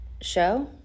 show